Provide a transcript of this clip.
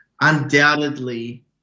undoubtedly